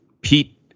Pete